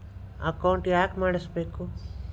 Account ಯಾಕ್ ಮಾಡಿಸಬೇಕು?